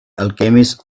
alchemist